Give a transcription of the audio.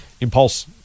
impulse